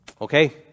Okay